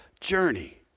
journey